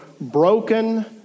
broken